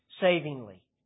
savingly